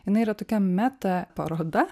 jinai yra tokia meta paroda